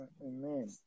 amen